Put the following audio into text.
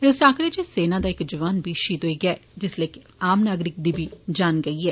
इस टाकरे च सेना दा इक जोआन बी शहीद होई गेआ ऐ जिसलै कि इक आम नागरिक दी बी जान गेई ऐ